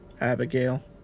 Abigail